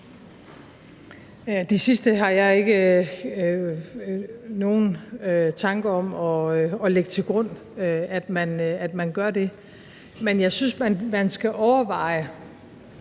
Det sidste har jeg ikke nogen tanker om at lægge til grund at man gør, men jeg synes, man skal overveje